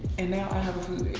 and now i have a food